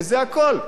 וזה הכול.